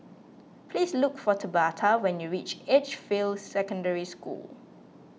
please look for Tabatha when you reach Edgefield Secondary School